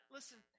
Listen